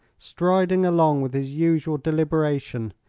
striding along with his usual deliberation,